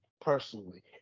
personally